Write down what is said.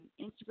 Instagram